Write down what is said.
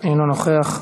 אינו נוכח,